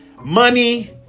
money